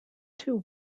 two